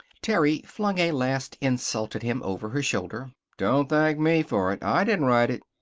terry flung a last insult at him over her shoulder don't thank me for it. i didn't write it.